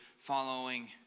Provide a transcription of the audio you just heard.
following